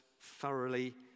thoroughly